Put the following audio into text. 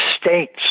states